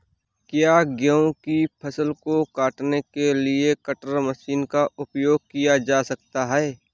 क्या गेहूँ की फसल को काटने के लिए कटर मशीन का उपयोग किया जा सकता है?